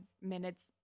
minutes